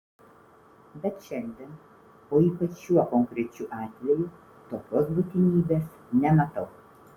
bet šiandien o ypač šiuo konkrečiu atveju tokios būtinybės nematau